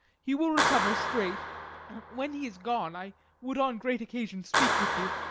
he will recover straight when he is gone, i would on great occasion speak with you.